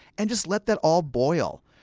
and just let that all boil,